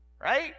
right